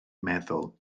meddwl